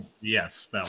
Yes